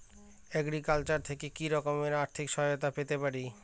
Agriculture থেকে কি রকম আর্থিক সহায়তা পেতে পারি?